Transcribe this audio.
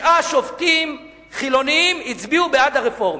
תשעה שופטים חילונים הצביעו בעד הרפורמים,